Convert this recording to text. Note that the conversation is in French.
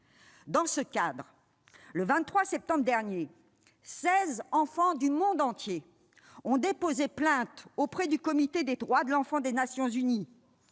Dans ce cadre, le 23 septembre dernier, seize enfants du monde entier ont déposé plainte auprès du Comité des droits de l'enfant des Nations unies.